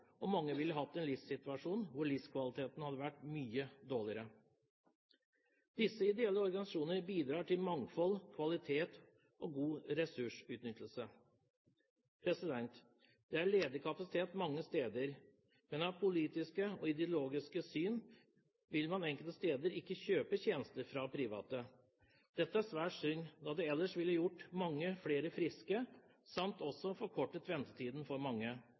og mange ville hatt en livssituasjon hvor livskvaliteten ville vært mye dårligere. Disse ideelle organisasjonene bidrar til mangfold, kvalitet og god ressursutnyttelse. Det er ledig kapasitet mange steder, men ut fra et politisk og ideologisk syn vil man enkelte steder ikke kjøpe tjenester fra private. Dette er svært synd, da det ellers ville gjort mange flere friske samt også forkortet ventetiden for mange.